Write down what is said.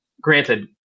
Granted